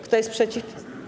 Kto jest przeciw?